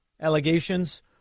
allegations